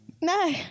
No